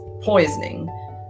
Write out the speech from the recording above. poisoning